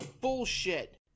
bullshit